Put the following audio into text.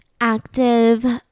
active